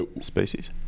species